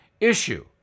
issue